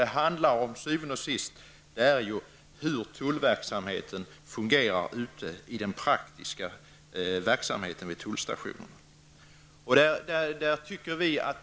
Det avgörande är hur tullverksamheten fungerar ute i den praktiska verksamheten vid tullstationerna.